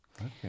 Okay